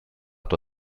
tua